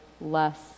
less